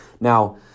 Now